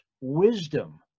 wisdom